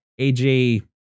AJ